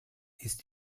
ist